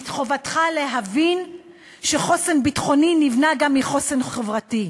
מחובתך להבין שחוסן ביטחוני נבנה גם מחוסן חברתי.